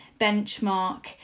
benchmark